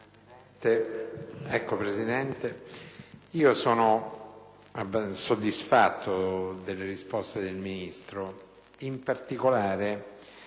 Presidente, mi ritengo soddisfatto della risposta del Ministro, in particolare